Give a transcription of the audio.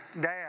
dad